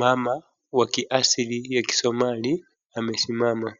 Mama wa kiasili ya kisomali amesimama.